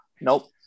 Nope